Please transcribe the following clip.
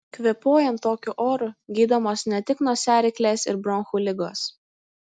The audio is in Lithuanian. kvėpuojant tokiu oru gydomos ne tik nosiaryklės ir bronchų ligos